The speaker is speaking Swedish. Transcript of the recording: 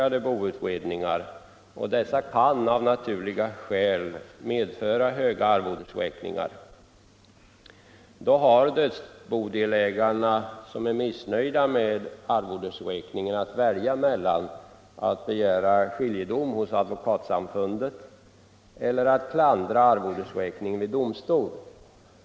I de fall där så sker är det fråga om ganska komplicerade boutredningar. Då har dödsbodelägare som är missnöjda med arvodesräkningen att välja mellan att begära skiljedom hos Advokatsamfundet eller klandra arvodesräkningen vid domstol.